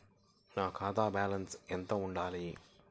నా ఖాతా బ్యాలెన్స్ ఎంత ఉండాలి?